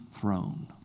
throne